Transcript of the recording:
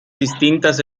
distintas